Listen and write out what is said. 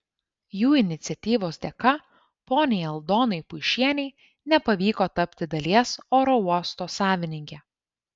jų iniciatyvos dėka poniai aldonai puišienei nepavyko tapti dalies oro uosto savininke